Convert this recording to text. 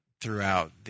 throughout